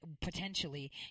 potentially